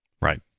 Right